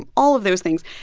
all of those things.